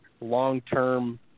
long-term –